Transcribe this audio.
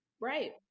right